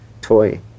toy